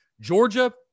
Georgia